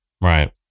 Right